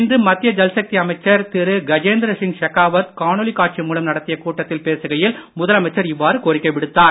இன்று மத்திய ஜல்சக்தி அமைச்சர் திரு கஜேந்தி சிங் ஷெகாவத் காணொளி காட்சி மூலம் நடத்திய கூட்டத்தில் பேசுகையில் முதலமைச்சர் இவ்வாறு கோரிக்கை விடுத்தார்